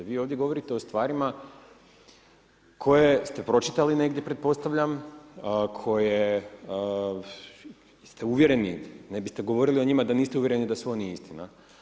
Vi ovdje govorite o stvarima koje ste pročitali negdje, pretpostavljam, koje ste uvjereni, ne biste govorili o njima da niste uvjereni da su oni istina.